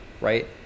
right